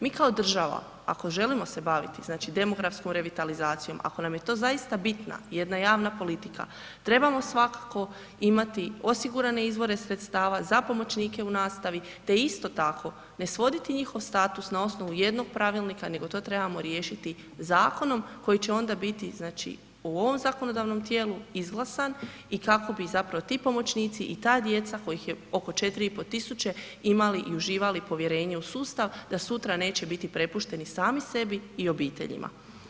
Mi kao država ako želimo se baviti demografskom revitalizacijom, ako nam je to zaista bitna jedna javna politika trebamo svakako imati osigurane izvore sredstava za pomoćnike u nastavi te isto tako ne svoditi njihov status na osnovu jednog pravilnika nego to trebamo riješiti zakonom koji će onda biti u ovom zakonodavnom tijelu izglasan i kako bi ti pomoćnici i ta djeca kojih je oko 4.500 imali i uživali povjerenje u sustav da sutra neće biti prepušteni sami sebi i obiteljima.